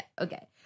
okay